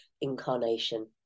incarnation